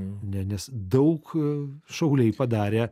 ne nes daug šauliai padarė